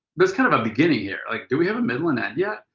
there's kind of a beginning here. like do we have a middle and end yet?